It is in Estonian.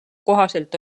kohaselt